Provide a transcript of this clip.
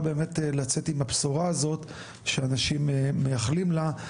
לצאת עם הבשורה הזו שאנשים מייחלים לה.